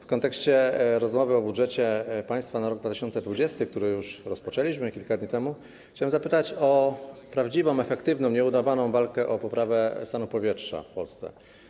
W kontekście rozmowy o budżecie państwa na rok 2020, który już rozpoczęliśmy kilka dni temu, chciałem zapytać o prawdziwą, efektywną, nieudawaną walkę o poprawę stanu powietrza w Polsce.